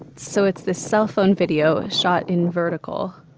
so it's this cellphone video shot in vertical.